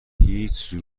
هیچ